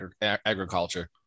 agriculture